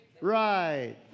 Right